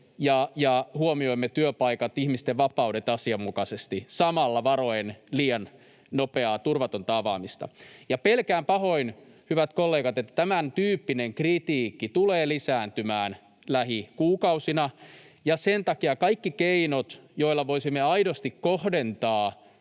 ja huomioimme työpaikat ja ihmisten vapaudet asianmukaisesti samalla varoen liian nopeaa, turvatonta avaamista. Pelkään pahoin, hyvät kollegat, että tämäntyyppinen kritiikki tulee lisääntymään lähikuukausina, ja sen takia kaikki keinot, joilla voisimme aidosti kohdentaa